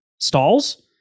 stalls